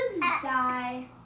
die